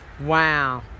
Wow